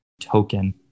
token